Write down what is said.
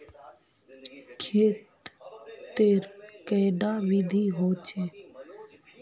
खेत तेर कैडा विधि होचे?